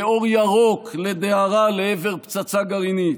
כאור ירוק לדהרה לעבר פצצה גרעינית,